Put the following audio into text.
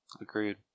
Agreed